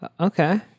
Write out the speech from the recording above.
Okay